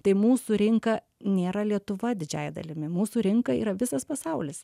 tai mūsų rinka nėra lietuva didžiąja dalimi mūsų rinka yra visas pasaulis